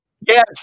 Yes